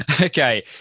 Okay